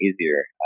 easier